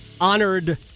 Honored